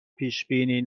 پیشبینی